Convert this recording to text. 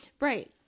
Right